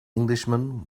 englishman